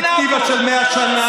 ואני אסכם שבפרספקטיבה של 100 שנה,